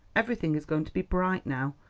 everything is going to be bright now,